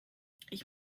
ich